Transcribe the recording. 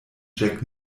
jack